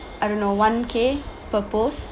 I don't know one k per post